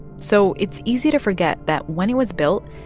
so it's easy to forget that when it was built,